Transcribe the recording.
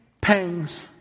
pangs